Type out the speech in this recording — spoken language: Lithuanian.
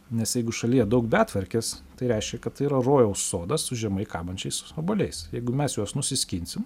nes jeigu šalyje daug betvarkės tai reiškia kad tai yra rojaus sodas su žemai kabančiais obuoliais jeigu mes juos nusiskinsim